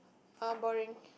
uh boring